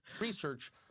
Research